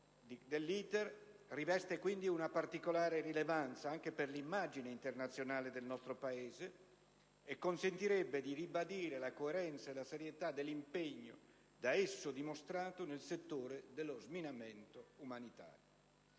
dell'*iter* riveste quindi una particolare rilevanza anche per l'immagine internazionale del nostro Paese e consentirebbe di ribadire la coerenza e la serietà dell'impegno da esso dimostrato nel settore dello sminamento umanitario.